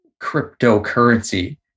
cryptocurrency